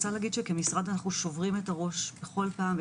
וכמשרד אנו שוברים את הראש כל פעם,